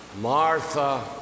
Martha